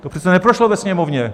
To přece neprošlo ve Sněmovně.